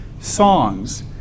Songs